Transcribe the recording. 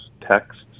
texts